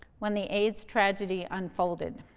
when the aids tragedy unfolded.